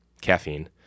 caffeine